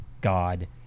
God